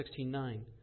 16.9